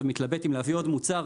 מתלבט עכשיו אם להביא עוד מוצר,